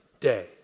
Day